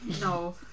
No